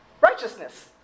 righteousness